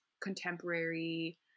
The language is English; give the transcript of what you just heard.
contemporary